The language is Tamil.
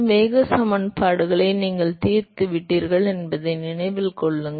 வேக சமன்பாடுகளை நீங்கள் தீர்த்துவிட்டீர்கள் என்பதை நினைவில் கொள்ளுங்கள்